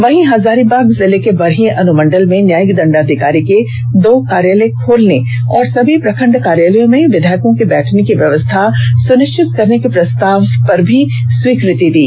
वहीं हजारीबाग जिले के बरही अनुमंडल में न्यायिक दंडाधिकारी के दो कार्यालय खोलने और समी प्रखंड कार्यालयों में विधायकों के बैठने की व्यवस्था सुनिश्चित करने के प्रस्ताव पर भी स्वीकृति दी